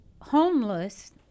homeless